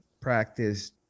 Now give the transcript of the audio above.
practice